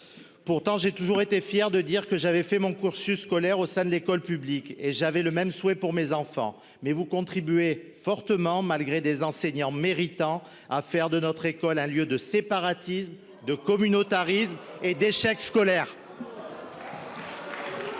Pourtant, j'ai toujours été fier de dire que j'avais fait mon cursus scolaire au sein de l'école publique. J'avais le même souhait pour mes enfants, mais vous contribuez fortement, malgré des enseignants méritants, à faire de notre école un lieu de séparatisme, de communautarisme et d'échec scolaire